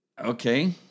Okay